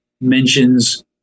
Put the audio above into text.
mentions